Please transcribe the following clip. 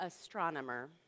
Astronomer